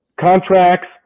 contracts